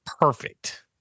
perfect